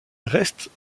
restent